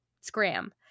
scram